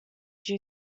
due